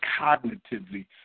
cognitively